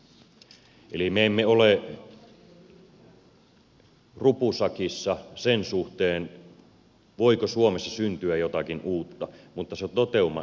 eli me emme ole rupusakissa sen suhteen voiko suomessa syntyä jotakin uutta mutta se toteuma ei ole riittävä